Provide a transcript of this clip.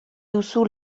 duzu